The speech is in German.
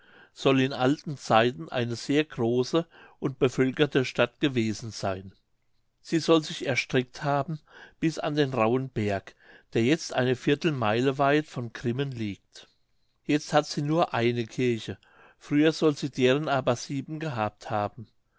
soll in alten zeiten eine sehr große und bevölkerte stadt gewesen seyn sie soll sich erstreckt haben bis an den rauhen berg der jetzt eine viertelmeile weit von grimmen liegt jetzt hat sie nur eine kirche früher soll sie deren aber sieben gehabt haben